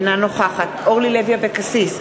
אינה נוכחת אורלי לוי אבקסיס,